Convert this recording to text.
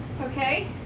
Okay